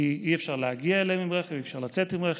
כי אי-אפשר להגיע אליהם עם רכב ואי-אפשר לצאת עם רכב.